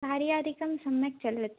कार्यादिकं सम्यक् चलति